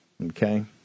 Okay